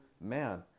man